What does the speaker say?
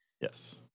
Yes